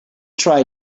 try